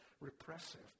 repressive